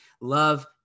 love